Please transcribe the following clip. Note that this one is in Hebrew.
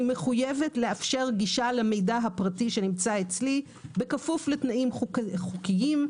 אני מחויבת לאפשר גישה למידע הפרטי שנמצא אצלי בכפוף לתנאים חוקיים,